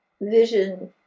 vision